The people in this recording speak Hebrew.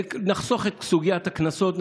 וגם נחסוך את סוגיית הקנסות,